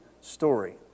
story